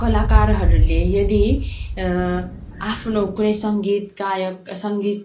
कलाकारहरूले यदि आफ्नो कुनै सङ्गीत गायक सङ्गीत